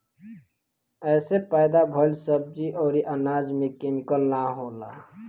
एसे पैदा भइल सब्जी अउरी अनाज में केमिकल ना होला